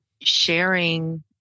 sharing